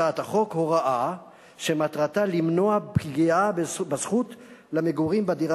הצעת החוק כוללת הוראה שמטרתה למנוע פגיעה בזכות למגורים בדירה